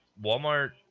Walmart